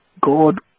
God